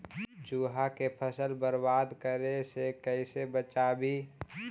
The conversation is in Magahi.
चुहा के फसल बर्बाद करे से कैसे बचाबी?